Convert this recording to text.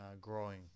growing